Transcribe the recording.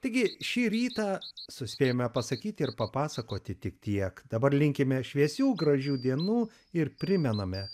taigi šį rytą suspėjome pasakyti ir papasakoti tik tiek dabar linkime šviesių gražių dienų ir primename